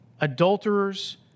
adulterers